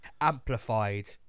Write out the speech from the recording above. amplified